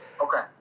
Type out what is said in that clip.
Okay